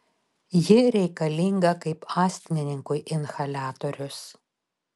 ji reikalinga kaip astmininkui inhaliatorius